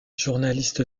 journaliste